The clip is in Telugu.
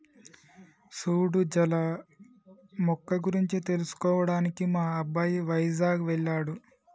సూడు జల మొక్క గురించి తెలుసుకోవడానికి మా అబ్బాయి వైజాగ్ వెళ్ళాడు